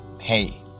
Hey